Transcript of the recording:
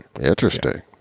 Interesting